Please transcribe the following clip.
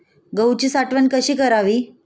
गहूची साठवण कशी करावी?